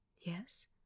Yes